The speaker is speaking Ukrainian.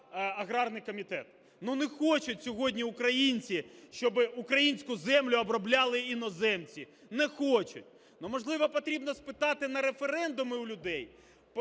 аграрний комітет. Ну, не хочуть сьогодні українці, щоб українську землю обробляли іноземці. Не хочуть. Ну, можливо, потрібно спитати на референдумі у людей,